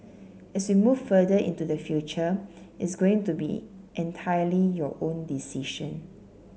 as we move further into the future it's going to be entirely your own decision